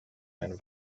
ein